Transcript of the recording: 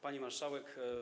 Pani Marszałek!